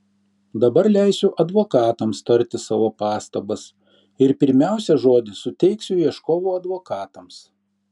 dabar leisiu advokatams tarti savo pastabas ir pirmiausia žodį suteiksiu ieškovų advokatams